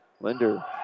Linder